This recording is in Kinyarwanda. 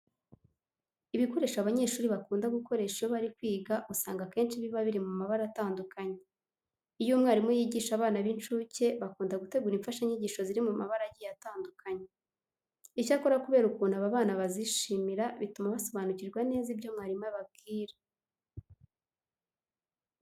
Ibikoresho abanyeshuri bakunda gukoresha iyo bari kwiga usanga akenshi biba biri mu mabara atandukanye. Iyo umwarimu yigisha abana b'incuke bakunda gutegura imfashanyigisho ziri mu mabara agiye atandukanye. Icyakora kubera ukuntu aba bana bazishimira, bituma basobanukirwa neza ibyo mwarimu ababwira.